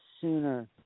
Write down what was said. sooner